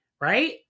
right